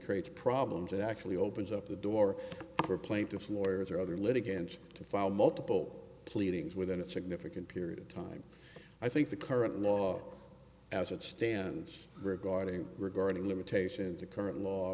creates problems and actually opens up the door for plaintiff lawyers or other litigants to file multiple pleadings within a significant period of time i think the current law as it stands regarding regarding limitations or current law